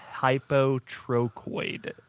hypotrochoid